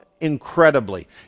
incredibly